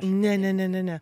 ne ne ne ne ne